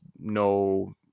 no